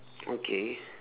okay